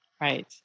Right